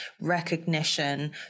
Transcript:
recognition